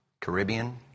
Caribbean